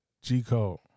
G-Code